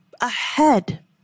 ahead